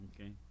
okay